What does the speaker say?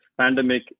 pandemic